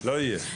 לא יהיה.